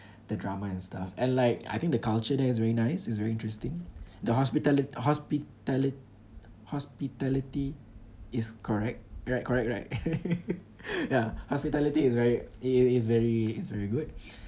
the drama and stuff and like I think the culture there is very nice is very interesting the hospitali~ hospitali~ hospitality is correct right correct right ya hospitality is very is is very is very good